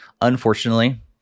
unfortunately